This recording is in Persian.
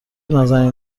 نازنین